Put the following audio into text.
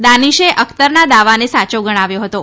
દાનિષે અખ્તરના દાવાને સાચો ગણાવ્યું હતું